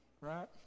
right